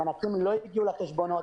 המענקים לא הגיעו לחשבונות,